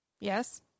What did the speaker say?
Yes